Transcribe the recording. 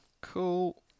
Cool